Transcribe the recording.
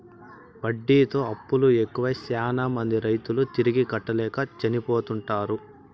వడ్డీతో అప్పులు ఎక్కువై శ్యానా మంది రైతులు తిరిగి కట్టలేక చనిపోతుంటారు